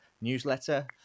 newsletter